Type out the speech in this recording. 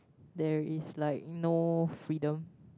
there is like no freedom